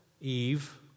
Eve